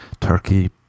turkey